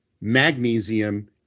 magnesium